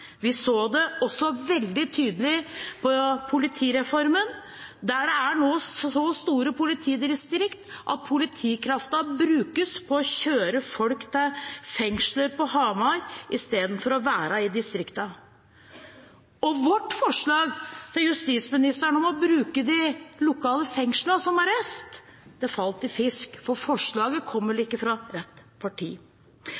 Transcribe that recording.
Vi så det veldig tydelig med politireformen, for nå er politidistriktene så store at politikraften brukes på å kjøre folk til fengsel på Hamar istedenfor å være i distriktene. Vårt forslag til justisministeren om å bruke de lokale fengslene som arrest falt i fisk – forslaget